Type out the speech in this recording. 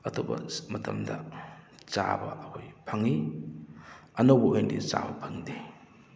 ꯑꯇꯣꯞꯄ ꯃꯇꯝꯗ ꯆꯥꯕ ꯑꯩꯈꯣꯏ ꯐꯪꯉꯤ ꯑꯅꯧꯕ ꯑꯣꯏꯅꯗꯤ ꯆꯥꯕ ꯐꯪꯗꯦ